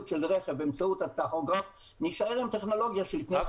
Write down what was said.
של רכב באמצעות הטכוגרף נישאר עם טכנולוגיה של לפני 50 שנה.